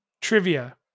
Trivia